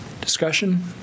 Discussion